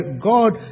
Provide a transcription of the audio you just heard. God